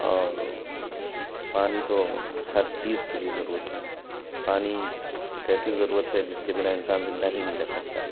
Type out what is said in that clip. اور پانی تو ہر چیز کے لیے ضرورت ہے پانی ایک ایسی ضرورت ہے جس کے بنا انسان زندہ ہی نہیں رہ سکتا